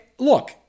Look